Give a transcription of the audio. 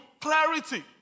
clarity